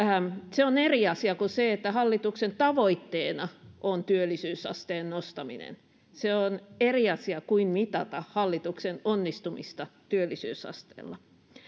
se on eri asia kuin se että hallituksen tavoitteena on työllisyysasteen nostaminen se on eri asia kuin mitata hallituksen onnistumista työllisyysasteella